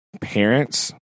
parents